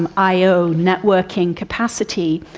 and i o networking capacity,